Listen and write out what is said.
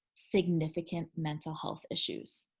significant mental health issues.